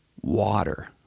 water